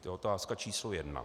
To je otázka číslo jedna.